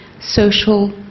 social